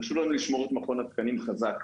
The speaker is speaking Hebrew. חשוב לנו לשמור את מכון התקנים חזק,